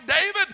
David